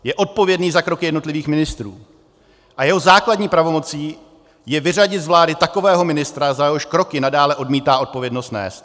Je odpovědný za kroky jednotlivých ministrů a jeho základní pravomocí je vyřadit z vlády takového ministra, za jehož kroky nadále odmítá odpovědnost nést.